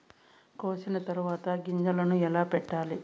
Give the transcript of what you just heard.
కోసిన తర్వాత గింజలను ఎలా పెట్టాలి